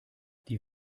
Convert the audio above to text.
die